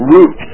Root